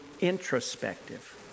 introspective